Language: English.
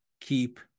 keep